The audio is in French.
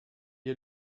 est